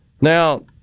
Now